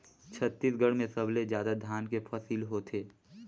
छत्तीसगढ़ में सबले जादा धान के फसिल होथे